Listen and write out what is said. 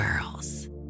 girls